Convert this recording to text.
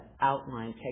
outline